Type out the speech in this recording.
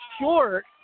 short